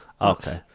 Okay